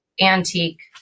antique